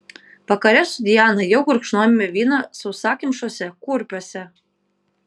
vakare su diana jau gurkšnojome vyną sausakimšuose kurpiuose